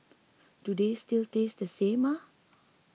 do they still taste the same ah